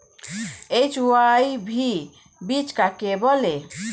HYV বীজ কাকে বলে?